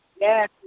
Yes